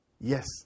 Yes